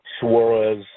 Suarez